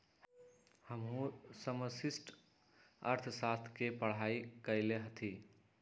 हमहु समष्टि अर्थशास्त्र के पढ़ाई कएले हति